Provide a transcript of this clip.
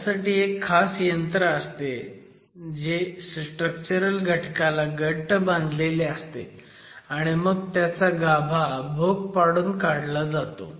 ह्यासाठी एक खास यंत्र असते जे स्ट्रक्चरल घटकाला घट्ट बांधलेले असते आणि मग त्याचा गाभा भोक पाडून काढला जातो